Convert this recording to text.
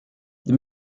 this